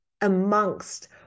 amongst